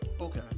Okay